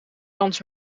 kans